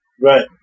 Right